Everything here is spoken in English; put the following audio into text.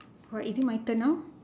alright is it my turn now